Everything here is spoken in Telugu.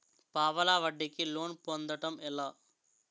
పావలా వడ్డీ కి లోన్ పొందటం ఎలా?